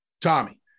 Tommy